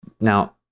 Now